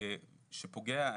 אני